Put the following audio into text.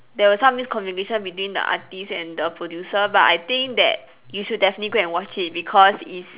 there was some miscommunication between the artist and the producer but I think that you should definitely go and watch it because is